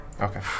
Okay